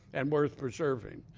and worth preserving.